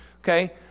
Okay